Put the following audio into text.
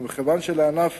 ומכיוון שלענף